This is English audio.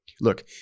Look